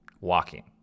walking